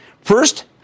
First